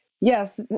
Yes